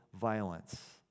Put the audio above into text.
violence